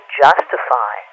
justify